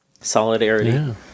Solidarity